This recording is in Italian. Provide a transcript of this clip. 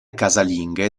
casalinghe